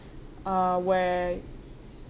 uh where